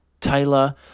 Taylor